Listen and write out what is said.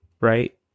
right